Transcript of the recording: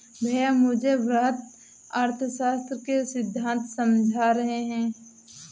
भैया मुझे वृहत अर्थशास्त्र के सिद्धांत समझा रहे हैं